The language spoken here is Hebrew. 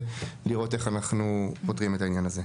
לראות איך אנחנו פותרים את העניין הזה.